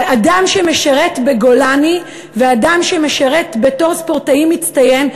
אדם שמשרת בגולני ואדם שמשרת בתור ספורטאי מצטיין,